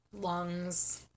lungs